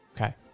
Okay